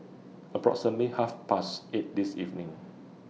approximately Half Past eight This evening